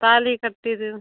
ತಾಳಿ ಕಟ್ಟೋದು